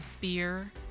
beer